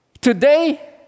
Today